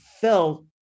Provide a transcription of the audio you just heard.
fell